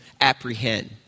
apprehend